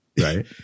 right